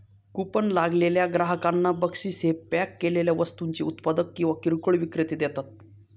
coupon लागलेल्या ग्राहकांना बक्षीस हे पॅक केलेल्या वस्तूंचे उत्पादक किंवा किरकोळ विक्रेते देतात